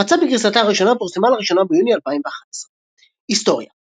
ההפצה בגרסתה הראשונה פורסמה לראשונה ביוני 2011. היסטוריה